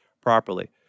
properly